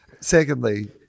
Secondly